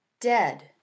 Dead